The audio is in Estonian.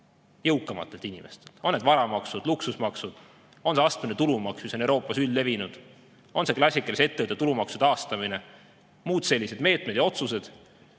jõukamatelt inimestelt. On need varamaksud, luksusmaksud, on see astmeline tulumaks, mis on Euroopas üldlevinud, on see klassikalise ettevõtte tulumaksu taastamine või muud sellised meetmed ja otsused,